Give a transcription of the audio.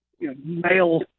male